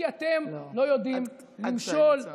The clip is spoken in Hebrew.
כי אתם לא יודעים לשאול.